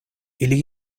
ili